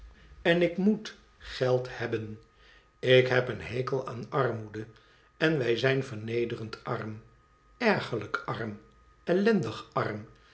en ik moet geld hebben i ik heb een hekel aan armoede en wij zijn vernederend arm ergerlijk arm ellendig arm